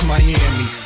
Miami